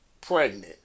pregnant